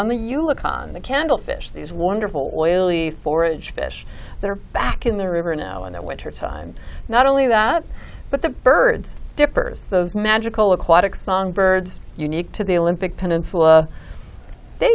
the you look on the candle fish these wonderful oily forage fish that are back in the river now in the wintertime not only that but the birds dippers those magical aquatic songs birds unique to the olympic peninsula they